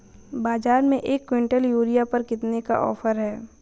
बाज़ार में एक किवंटल यूरिया पर कितने का ऑफ़र है?